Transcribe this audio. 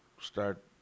start